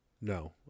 No